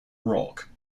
rock